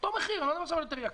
אותו מחיר, לא עניין של יותר יקר.